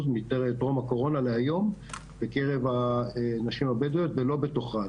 מטרום הקורונה להיום בקרב הנשים הבדואיות ולא בתוך רהט,